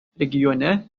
regione